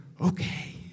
okay